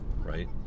right